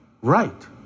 right